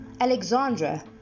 Alexandra